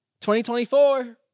2024